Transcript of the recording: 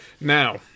now